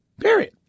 Period